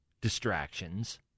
distractions